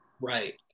Right